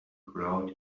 crowd